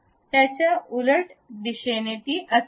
त्याच्या उलट दिशेने असावी